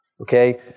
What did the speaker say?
Okay